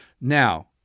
Now